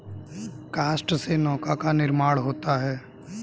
काष्ठ से नौका का निर्माण होता है